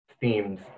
themes